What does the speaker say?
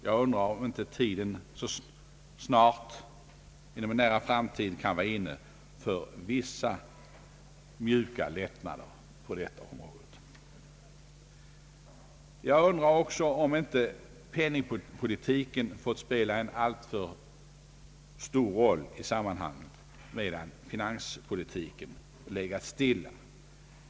Jag undrar om inte tiden snart kan vara inne för vissa lättnader på detta område. Jag undrar också om inte penningpolitiken fått spela en alltför stor roll i sammanhanget, medan finanspolitiken legat stilla.